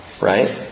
right